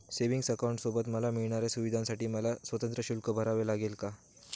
Savings अकाउंटसोबत मला मिळणाऱ्या सुविधांसाठी मला स्वतंत्र शुल्क भरावे लागेल का?